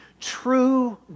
true